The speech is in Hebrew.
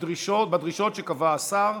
בדרישות שקבע השר.